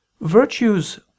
Virtues